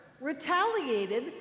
retaliated